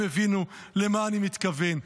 הם הבינו למה אני מתכוון.